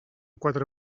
quatre